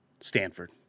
Stanford